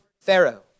Pharaoh